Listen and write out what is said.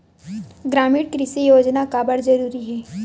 ग्रामीण कृषि योजना काबर जरूरी हे?